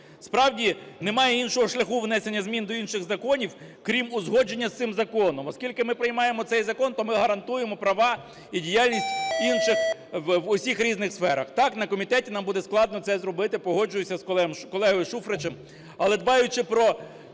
Справді немає іншого шляху внесення змін до інших законів крім узгодження з цим законом. Оскільки ми приймаємо цей закон, то ми гарантуємо права і діяльність інших в усіх різних сферах. Так, на комітеті нам буде складно це зробити, погоджуюся з колегою Шуфричем.